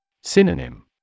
Synonym